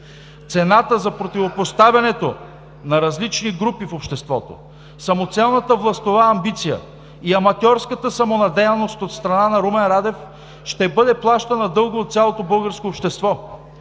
Цената за противопоставянето на различни групи в обществото, самоцелната властова амбиция и аматьорската самонадеяност от страна на Румен Радев ще бъде плащана дълго от цялото българско общество!